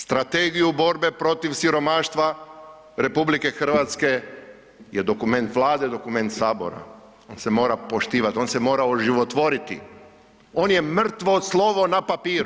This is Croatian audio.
Strategiju borbe protiv siromaštva RH je dokument Vlade, dokument sabora, on se mora poštivat, on se mora oživotvoriti, on je mrtvo slovo na papiru.